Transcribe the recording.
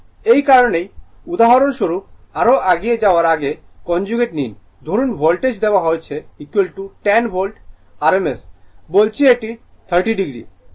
এই কারণেই উদাহরণস্বরূপ আরও এগিয়ে যাওয়ার আগে কনজুগেট নিন ধরুন ভোল্টেজ দেওয়া হয়েছে 10 ভোল্ট rms বলছে এটি 30o